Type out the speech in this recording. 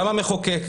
גם המחוקק,